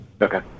Okay